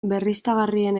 berriztagarrien